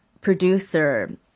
producer